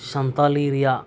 ᱥᱟᱱᱛᱟᱞᱤ ᱨᱮᱭᱟᱜ